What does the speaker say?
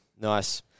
Nice